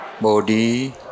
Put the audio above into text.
body